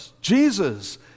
Jesus